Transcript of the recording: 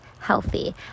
healthy